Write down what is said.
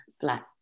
black